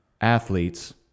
athletes